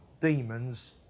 demons